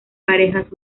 parejas